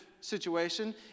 situation